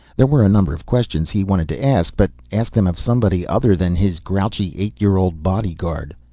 there were a number of questions he wanted to ask. but ask them of somebody other than his grouchy eight-year-old bodyguard.